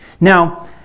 Now